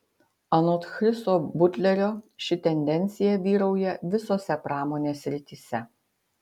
anot chriso butlerio ši tendencija vyrauja visose pramonės srityse